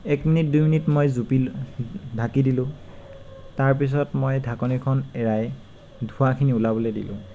এক মিনিট দুই মিনিট জুপিলোঁ ঢাকি দিলোঁ তাৰপিছত মই ঢাকনিখন এৰাই ধোঁৱাখিনি ওলাবলৈ দিলোঁ